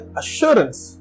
assurance